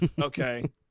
okay